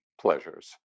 pleasures